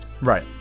Right